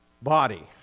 Body